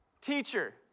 Teacher